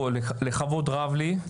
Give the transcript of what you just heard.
לכבוד רב לי.